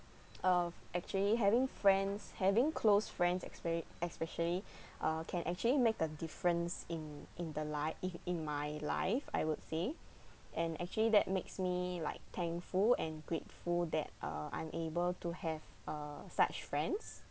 of actually having friends having close friends espe~ especially uh can actually make the difference in in the life in in my life I would say and actually that makes me like thankful and grateful that uh I'm able to have uh such friends